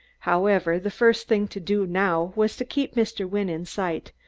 however, the first thing to do now was to keep mr. wynne in sight,